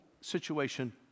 situation